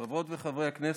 חברות וחברי הכנסת,